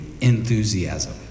enthusiasm